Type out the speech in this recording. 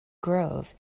grove